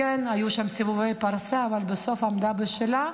כן, היו שם סיבובי פרסה, אבל בסוף עמדה על שלה.